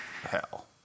hell